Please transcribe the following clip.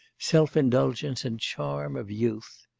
self-indulgence, and charm of youth.